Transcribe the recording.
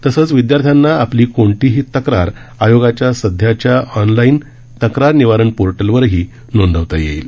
तसंच विद्यार्थ्यांना आपली कोणतीही तक्रार आयोगाच्या सध्याच्या ऑनलाईन तक्रार निवारण पोर्टलवरही नोंदवता येईल